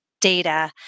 data